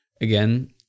again